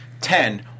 ten